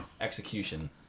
execution